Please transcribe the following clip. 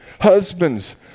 Husbands